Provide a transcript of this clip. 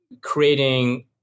creating